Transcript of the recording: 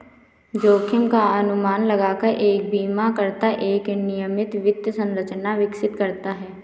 जोखिम का अनुमान लगाकर एक बीमाकर्ता एक नियमित वित्त संरचना विकसित करता है